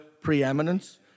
preeminence